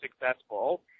successful